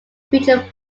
featured